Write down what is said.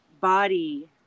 body